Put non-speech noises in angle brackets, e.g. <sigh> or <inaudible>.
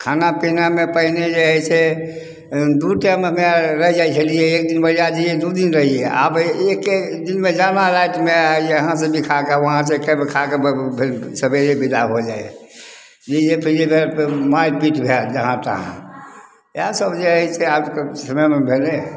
खाना पीनामे पहिने जे रहै से दू टाइममे रहि जाइ छलियै एक दिन बरिआती दू दिन रहलियै आब हइ एके दिनमे जाना रातिमे यहाँ से भी खाके वहाँ से एकेबेर खाके बस सबेरे बिदा भऽ जाइ <unintelligible> मारपीट भए जाइ जहाँ तहाँ इएह सब जे अछि से आबके समयमे भेलै